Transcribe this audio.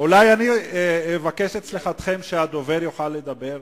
אולי אני אבקש את סליחתכם כדי שהדובר יוכל לדבר?